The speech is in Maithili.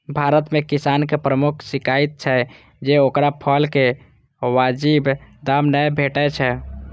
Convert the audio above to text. भारत मे किसानक प्रमुख शिकाइत छै जे ओकरा फसलक वाजिब दाम नै भेटै छै